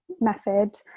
method